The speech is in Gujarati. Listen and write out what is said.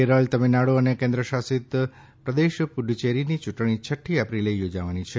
કેરળ તમિળનાડુ અને કેન્દ્ર શાસિત પુડુચ્ચેરીની ચુંટણી છઠ્ઠી એપ્રિલે યોજાવાની છે